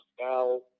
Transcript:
Now